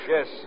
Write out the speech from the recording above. Yes